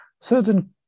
certain